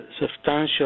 substantial